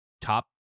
top